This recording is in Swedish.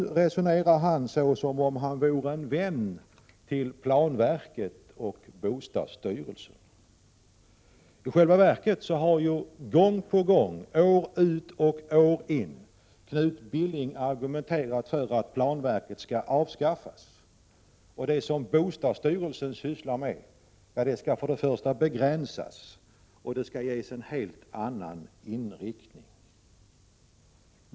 Han resonerar som om han nu är en vän av planverket och bostadsstyrelsen. I själva verket har Knut Billing gång på gång, år ut och år in, argumenterat för att planverket skall avskaffas. Det bostadsstyrelsen sysslar med skall enligt vad han tidigare har sagt begränsas och vad som blir kvar ges en helt annan inriktning.